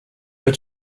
m’as